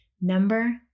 Number